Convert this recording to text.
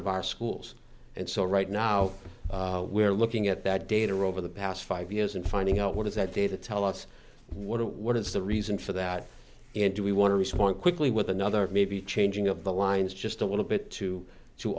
of our schools and so right now we're looking at that data over the past five years and finding out what is that data tell us what what is the reason for that and do we want to respond quickly with another maybe changing of the lines just a little bit too to